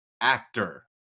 Actor